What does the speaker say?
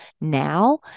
now